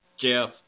Jeff